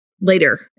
later